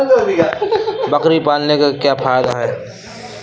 बकरी पालने से क्या फायदा है?